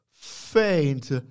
faint